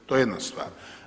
To je jedna stvar.